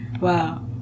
wow